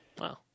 Wow